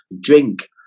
drink